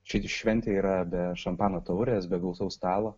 ši šventė yra be šampano taurės be gausaus stalo